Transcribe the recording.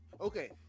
okay